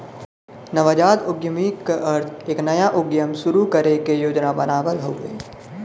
नवजात उद्यमी क अर्थ एक नया उद्यम शुरू करे क योजना बनावल हउवे